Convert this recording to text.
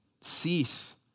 cease